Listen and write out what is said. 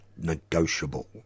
negotiable